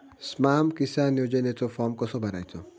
स्माम किसान योजनेचो फॉर्म कसो भरायचो?